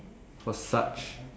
for such